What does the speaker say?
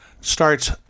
starts